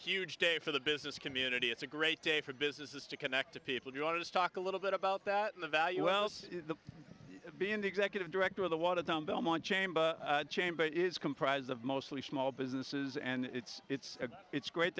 huge day for the business community it's a great day for businesses to connect to people who want to talk a little bit about that in the value wells being the executive director of the watertown belmont chamber chamber is comprised of mostly small businesses and it's it's it's great